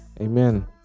Amen